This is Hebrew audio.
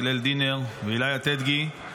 הלל דינר ואיליי אטדגי,